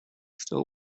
still